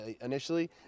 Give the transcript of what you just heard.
Initially